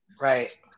Right